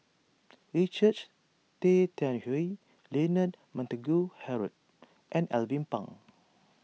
Richard Tay Tian Hoe Leonard Montague Harrod and Alvin Pang